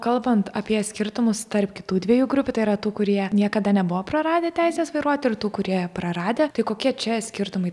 kalbant apie skirtumus tarp kitų dviejų grupių tai yra tų kurie niekada nebuvo praradę teisės vairuoti ir tų kurie praradę tai kokie čia skirtumai